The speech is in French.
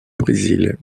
brésil